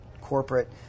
corporate